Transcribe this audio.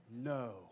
No